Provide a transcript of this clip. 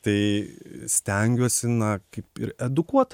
tai stengiuosi na kaip ir edukuot